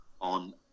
on